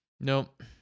Nope